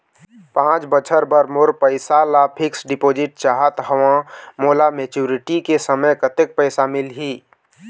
पांच बछर बर मोर पैसा ला फिक्स डिपोजिट चाहत हंव, मोला मैच्योरिटी के समय कतेक पैसा मिल ही?